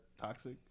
toxic